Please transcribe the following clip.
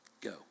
Go